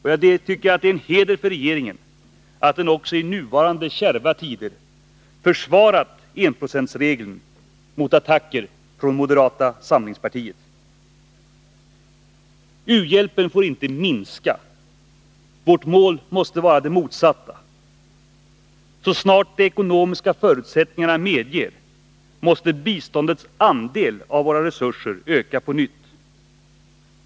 Det är en heder för regeringen att den också i nuvarande kärva tider har försvarat enprocentsregeln mot attacker från moderata samlingspartiet. U-hjälpen får inte minska. Vårt mål måste vara det motsatta. Så snart de ekonomiska förutsättningarna medger det, måste biståndets andel av våra resurser öka på nytt.